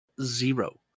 zero